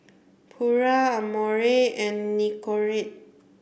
Pura Amore and Nicorette